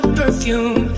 perfume